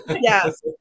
Yes